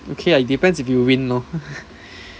okay lah it depends if you win lor